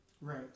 right